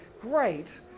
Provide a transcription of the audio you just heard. great